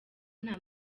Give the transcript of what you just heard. nta